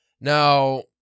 Now